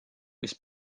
mis